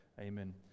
Amen